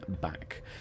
back